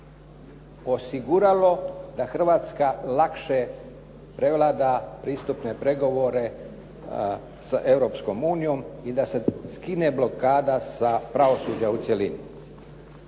osiguralo da Hrvatska lakše prevlada pristupne pregovore sa Europskom unijom i da se skine blokada sa pravosuđa u cjelini.